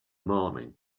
morning